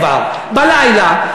כבר בלילה,